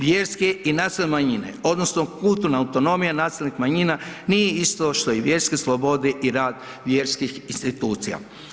Vjerske i nacionalne manjine odnosno kulturna autonomija nacionalnih manjina nije isto što i vjerske slobode i rad vjerskih institucija.